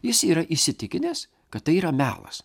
jis yra įsitikinęs kad tai yra melas